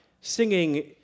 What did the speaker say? singing